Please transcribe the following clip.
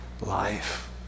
life